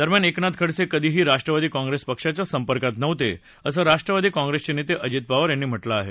दरम्यान एकनाथ खडसे कधीही राष्ट्रवादी कॉंग्रेस पक्षाच्या संपर्कात नव्हते असं राष्ट्रवादी कॉंग्रेसचे नेते अजित पवार यांनी म्हटलं आहे